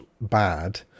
bad